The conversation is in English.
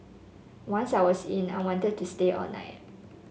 once I was in I wanted to stay all night